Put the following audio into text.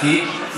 סליחה.